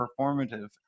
performative